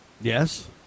Yes